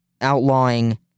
outlawing